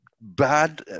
bad